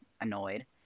annoyed